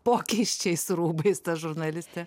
pokeisčiais rūbais ta žurnalistė